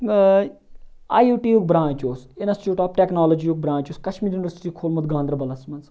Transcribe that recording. I I U T یُک برانٛچ اوس اِنَسٹیوٹ آف ٹیٚکنالوجی یُک برانچ یُس کَشمیٖر یُنِوَرسِٹی کھوٗلمُت گاندَربَلَس مَنٛز